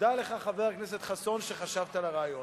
תודה לך, חבר הכנסת חסון, על שחשבת על הרעיון.